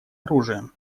оружием